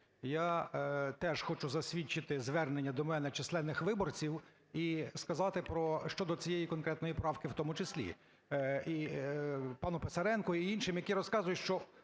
Я теж хочу засвідчити звернення до мене численних виборців і сказати щодо цієї конкретної правки, в тому числі і пану Писаренку, і іншим, які розказують, що